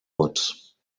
vots